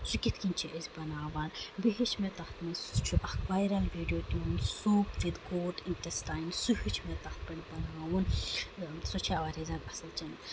سُہ کِتھ کٔنۍ چھِ أسۍ بَناوان بیٚیہِ ہٮ۪وٚچھ مےٚ تَتھ منٛز سُہ چھُ اکھ وایرل ویٖڈیو سوٗپ وِد کوٹ اِنٹسٹاین سُہ ہٮ۪وٚچھ مےٚ تَتھ پٮ۪ٹھ بَناوُن سۄ چھا واریاہ اَصٕل چنل